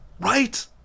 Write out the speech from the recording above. Right